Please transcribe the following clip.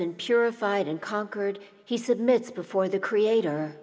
been purified and conquered he said minutes before the creator